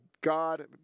God